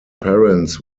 parents